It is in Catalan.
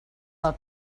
del